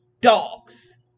Dogs